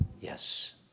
yes